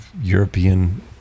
European